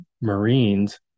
Marines